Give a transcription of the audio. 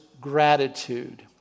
gratitude